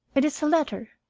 it is a letter.